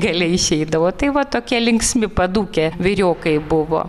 gale išeidavo tai va tokie linksmi padūkę vyriokai buvo